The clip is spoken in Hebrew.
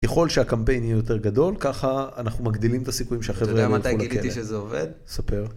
ככל שהקמפיין יהיה יותר גדול ככה אנחנו מגדילים את הסיכויים שהחברה האלה ילכו לכלא. אתה יודע מתי גיליתי שזה עובד? ספר.